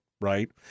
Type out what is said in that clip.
right